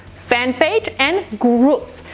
fan page and groups.